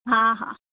हां हां